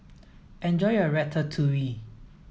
enjoy your Ratatouille